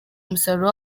umusaruro